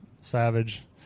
Savage